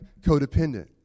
codependent